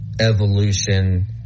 evolution